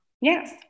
yes